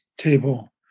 table